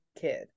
kid